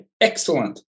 Excellent